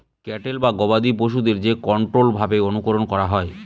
cattle বা গবাদি পশুদের যে কন্ট্রোল্ড ভাবে অনুকরন করা হয়